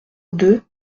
deux